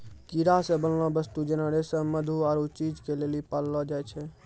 कीड़ा से बनलो वस्तु जेना रेशम मधु आरु चीज के लेली पाललो जाय छै